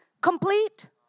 complete